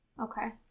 okay